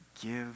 give